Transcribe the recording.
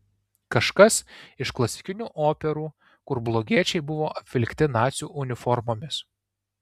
kažkas iš klasikinių operų kur blogiečiai buvo apvilkti nacių uniformomis